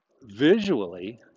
visually